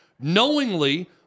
knowingly